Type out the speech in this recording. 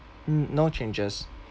mm no changes